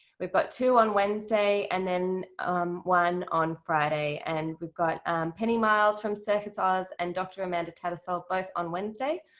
we've got two on wednesday and then one on friday. and we've got penny miles from circus oz and dr amanda tattersall but on wednesday,